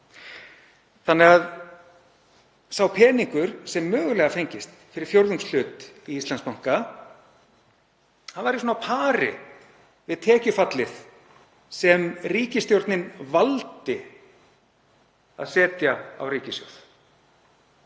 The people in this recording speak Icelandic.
banka. Sá peningur sem mögulega fengist fyrir fjórðungshlut í Íslandsbanka væri svona á pari við tekjufallið sem ríkisstjórnin valdi að setja á ríkissjóð.